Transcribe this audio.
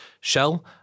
Shell